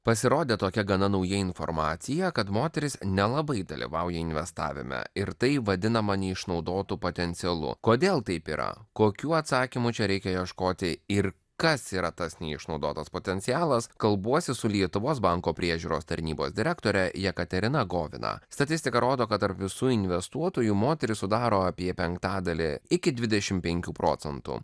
pasirodė tokia gana nauja informacija kad moterys nelabai dalyvauja investavime ir tai vadinama neišnaudotu potencialu kodėl taip yra kokių atsakymų čia reikia ieškoti ir kas yra tas neišnaudotas potencialas kalbuosi su lietuvos banko priežiūros tarnybos direktore jekaterina govina statistika rodo kad tarp visų investuotojų moterys sudaro apie penktadalį iki dvidešimt penkių procentų